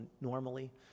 normally